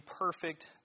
perfect